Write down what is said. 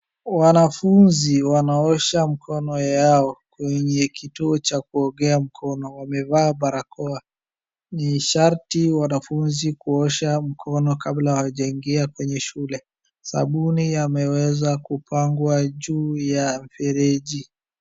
Wanafuzi wanaosha mkono yao kwenye kituo cha kuogea mkono, wamevaa barakoa. Ni sharti wanafuzi kuosha mkono kabla hawajaingia kwenye shule. Sabuni yameweza kupangwa juu ya mfereji.